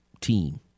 Team